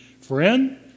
Friend